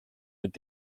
mit